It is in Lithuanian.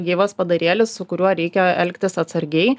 gyvas padarėlis su kuriuo reikia elgtis atsargiai